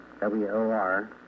WOR